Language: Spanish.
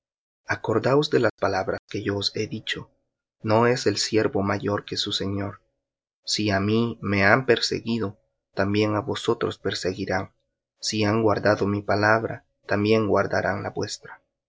acordaos de la palabra que yo os he dicho no es el siervo mayor que su señor si á mí me han perseguido también á vosotros perseguirán si han guardado mi palabra también guardarán la vuestra